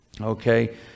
Okay